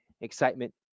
Excitement